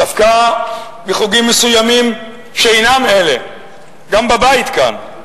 דווקא מחוגים מסוימים שאינם אלה, גם בבית כאן,